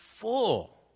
full